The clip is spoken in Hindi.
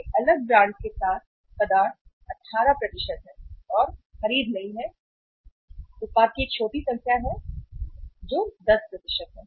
एक अलग ब्रांड के साथ पदार्थ 18 है और खरीद नहीं है उत्पाद छोटी संख्या है जो 10 है